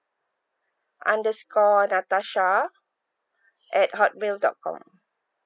underscore natasha at Hotmail dot com